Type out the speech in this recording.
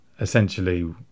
essentially